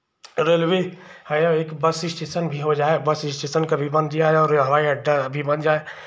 railway है आ एक बस स्टेशन भी हो जाए बस स्टेशन कभी बन जाए और हवाई अड्डा भी बन जाए